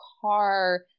car